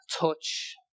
touch